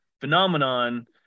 phenomenon